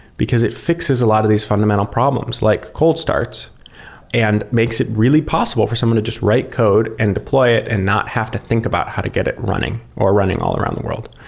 because it fixes a lot of these fundamental problems like cold starts and makes it really possible for someone to just write code and deploy it and not have to think about how to get it running or running all around the world,